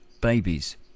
babies